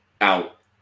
out